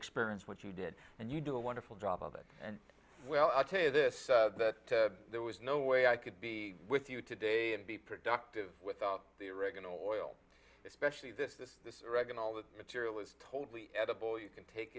experience what you did and you do a wonderful job of it and well i'll tell you this that there was no way i could be with you today and be productive without the original oil especially this this this oregano all the material is totally edible you can take